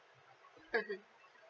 mmhmm